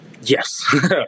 yes